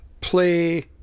play